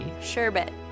sherbet